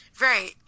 Right